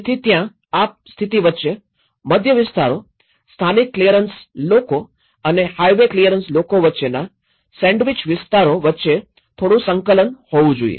તેથી ત્યાં આ સ્થિતી વચ્ચે મધ્ય વિસ્તારો સ્થાનિક ક્લિયરન્સ લોકો અને હાઇવે ક્લિયરન્સ લોકો વચ્ચેના સેન્ડવિચ્ડ વિસ્તારો વચ્ચે થોડું સંકલન હોવું જોઈએ